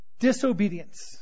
Disobedience